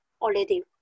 already